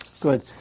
Good